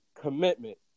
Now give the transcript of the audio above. commitment